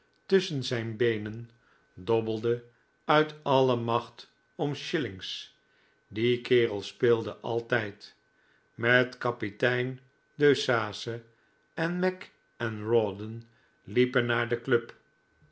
tusschen zijn beenen dobbelde uit alle macht om shillings die kerel speelde altijd met kapitein deuceace en mac en rawdon liepen naar de club